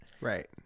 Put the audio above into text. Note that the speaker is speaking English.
Right